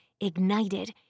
ignited